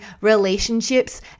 relationships